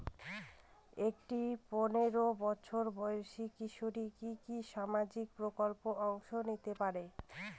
একটি পোনেরো বছর বয়সি কিশোরী কি কি সামাজিক প্রকল্পে অংশ নিতে পারে?